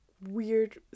weird